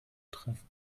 treffen